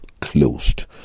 closed